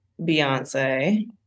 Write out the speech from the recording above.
Beyonce